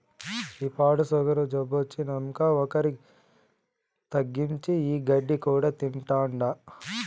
ఈ పాడు సుగరు జబ్బొచ్చినంకా ఒరి తగ్గించి, ఈ గడ్డి కూడా తింటాండా